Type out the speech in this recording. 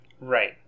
Right